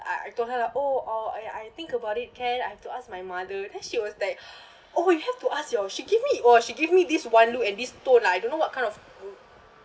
I I told her oh oh !aiya! I think about it can I have to ask my mother then she was like oh you have to ask your she give me !whoa! she give me this one look and this tone lah I don't know what kind of